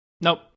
Nope